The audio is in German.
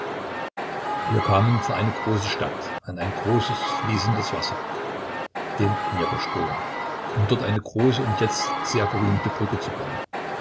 wir kamen vor eine große stadt an ein großes fließendes wasser den dnjeprstrom um dort eine große und jetzt sehr berühmte brücke zu bauen